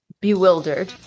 Bewildered